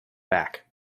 back